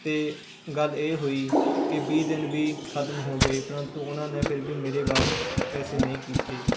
ਅਤੇ ਗੱਲ ਇਹ ਹੋਈ ਕਿ ਵੀਹ ਦਿਨ ਵੀ ਖਤਮ ਹੋ ਗਏ ਪਰੰਤੂ ਉਹਨਾਂ ਨੇ ਫਿਰ ਵੀ ਮੇਰੇ ਵਾਪਸ ਪੈਸੇ ਨਹੀਂ ਕੀਤੇ